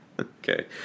Okay